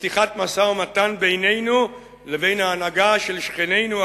לפתיחת משא-ומתן בינינו לבין ההנהגה של שכנינו,